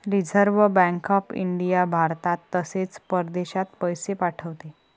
reserve bank of India भारतात तसेच परदेशात पैसे पाठवते